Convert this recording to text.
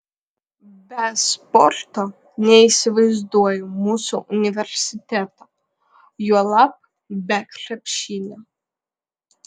be sporto neįsivaizduoju mūsų universiteto juolab be krepšinio